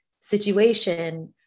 situation